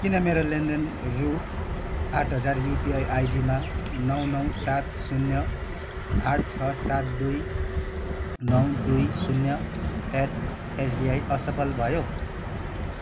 किन मेरो लेनदेन रु आठ हजार युपिआई आई़डीमा नौ नौ सात शून्य आठ छ सात दुई नौ दुई शून्य एट एसबिआई असफल भयो